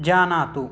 जानातु